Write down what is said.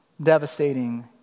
Devastating